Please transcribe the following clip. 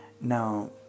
now